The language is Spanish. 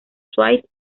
suite